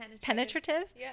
penetrative